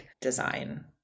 design